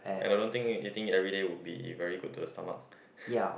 and I don't think eating it everyday will be very good to the stomach